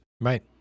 Right